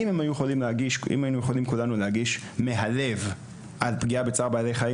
אילו היינו יכולים כולנו להגיש מהלב על פגיעה בבעלי חיים,